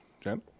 Jen